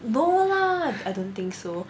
no lah I don't think so